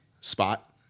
spot